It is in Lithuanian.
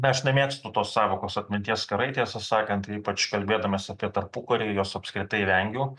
aš nemėgstu tos sąvokos atminties karai tiesą sakant ypač kalbėdamas apie tarpukarį jos apskritai vengiu